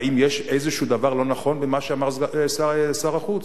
האם יש איזה דבר לא נכון במה שאמר שר החוץ?